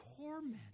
torment